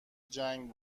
جنگ